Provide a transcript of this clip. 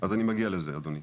אז אני מגיע לזה, אדוני.